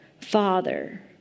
Father